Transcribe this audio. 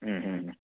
ಹ್ಞೂ ಹ್ಞೂ ಹ್ಞೂ